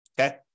Okay